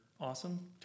Awesome